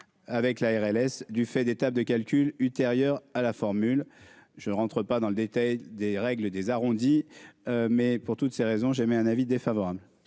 avec la RLS du fait des tables de calculs ultérieurs ah la formule : je ne rentre pas dans le détail des règles des arrondis, mais pour toutes ces raisons, j'émets un avis défavorable.